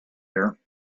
here